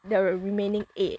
the remaining eight